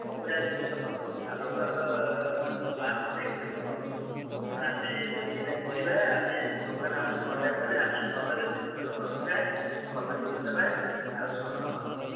ସବୁଯାକ ଜିନିଷ ଭଲ ଆଉ ଲୋକାଲ୍ର ମାଲ ମଧ୍ୟ ଏଠିକାର ଭଲ ତେଣୁ ଯଦି ଏଇରା କରିବା ଆମେ ଦୋକାନ ଆମକୁ ବଢ଼େଇବାକୁ ହେଲେ ଆମେ ଭଲରେ ଜିନିଷ ସବୁ ରଖିବା ଭଲ ଜିନିଷ ନେବା ଆଉ ସହନ